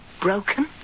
broken